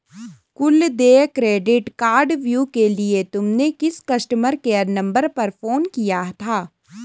कुल देय credit card view के लिए तुमने किस कस्टमर केयर नंबर पर फोन किया था?